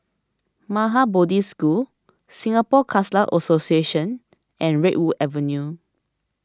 Maha Bodhi School Singapore Khalsa Association and Redwood Avenue